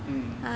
mm